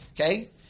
okay